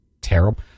terrible